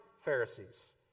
Pharisees